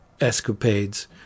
escapades